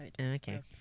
Okay